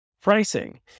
pricing